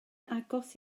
agos